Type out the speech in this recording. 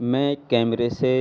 میں کیمرے سے